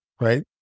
right